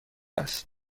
است